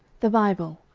the bible,